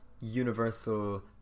universal